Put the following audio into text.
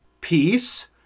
peace